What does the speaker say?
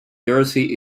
jersey